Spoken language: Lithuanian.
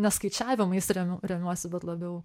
nes skaičiavimais rem remiuosi bet labiau